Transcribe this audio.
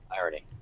Irony